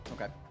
Okay